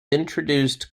introduced